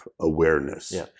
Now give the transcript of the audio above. awareness